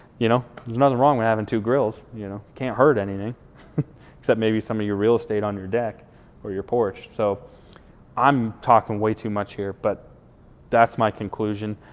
you know, there's nothing wrong with having two grills. you know, you can't hurt anything except maybe some of your real estate on your deck or your porch. so i'm talking way too much here, but that's my conclusion.